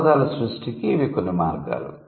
క్రొత్త పదాల సృష్టికి ఇవి కొన్ని మార్గాలు